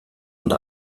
und